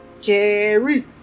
Jerry